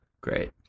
Great